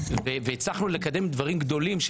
הצלחנו לקדם דברים גדולים.